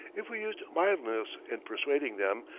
if we used mildness in persuading them,